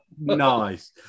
Nice